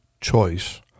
choice